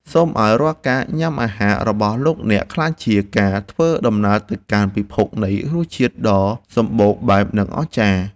សូមឱ្យរាល់ការញ៉ាំអាហាររបស់លោកអ្នកក្លាយជាការធ្វើដំណើរទៅកាន់ពិភពនៃរសជាតិដ៏សំបូរបែបនិងអស្ចារ្យ។